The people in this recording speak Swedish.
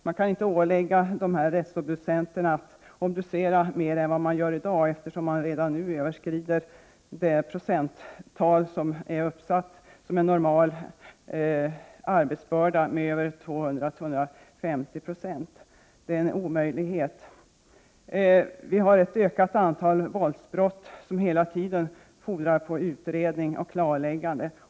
Man kan inte ålägga obducenterna att obducera mer än vad de gör nu, eftersom vi redan nu överskrider det tak som är uppsatt som normalt med över 200 å 250 96. Det är omöjligt att göra mera. Våldsbrotten ökar hela tiden och fordrar utredning och klarläggande.